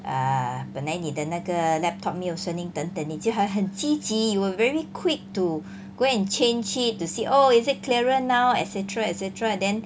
err 本来你的那个 laptop 没有声音等等你就会很积极 you were very quick to go and change it to see oh is it clearer now et cetera et cetera and then